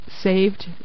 saved